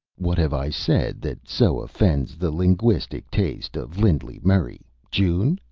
what have i said that so offends the linguistic taste of lindley murray, jun?